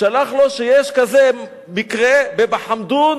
שיש מקרה כזה בבחמדון